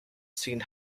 seen